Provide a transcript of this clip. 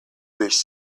wish